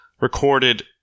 recorded